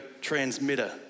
transmitter